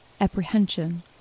Apprehension